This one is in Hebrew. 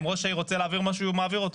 אם ראש העיר רוצה להעביר משהו, הוא מעביר אותו.